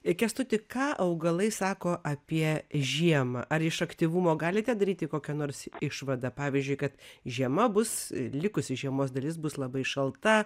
kęstuti ką augalai sako apie žiemą ar iš aktyvumo galite daryti kokią nors išvadą pavyzdžiui kad žiema bus likusi žiemos dalis bus labai šalta